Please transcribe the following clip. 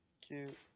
Cute